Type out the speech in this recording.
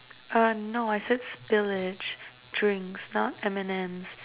uh no I said spillage drinks not M and Ms